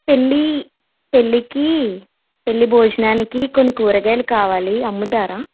పెళ్ళి పెళ్ళికి పెళ్ళి భోజనానికి కొన్ని కూరగాయలు కావాలి అమ్ముతారా